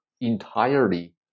entirely